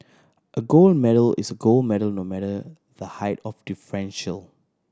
a gold medal is gold medal no matter the height of differential